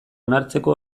onartzeko